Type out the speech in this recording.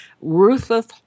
ruthless